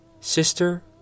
Sister